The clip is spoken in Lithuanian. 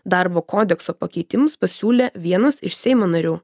darbo kodekso pakeitimus pasiūlė vienas iš seimo narių